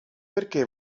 perché